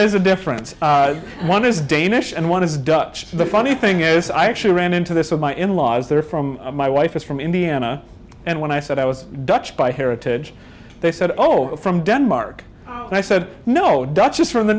is a difference one is danish and one is dutch the funny thing is i actually ran into this with my in laws there from my wife is from indiana and when i said i was dutch by heritage they said oh from denmark and i said no dutch just from the